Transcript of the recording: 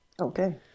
Okay